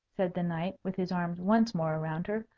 said the knight, with his arms once more around her,